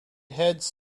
heads